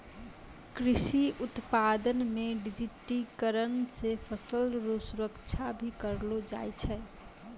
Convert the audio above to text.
कृषि उत्पादन मे डिजिटिकरण से फसल रो सुरक्षा भी करलो जाय छै